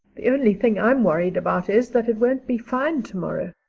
the only thing i'm worried about is that it won't be fine tomorrow,